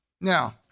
Now